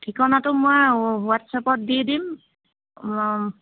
ঠিকনাটো মই হোৱাটচাপত দি দিম